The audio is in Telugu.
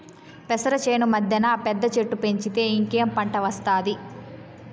పెసర చేను మద్దెన పెద్ద చెట్టు పెంచితే ఇంకేం పంట ఒస్తాది